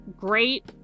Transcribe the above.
great